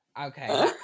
Okay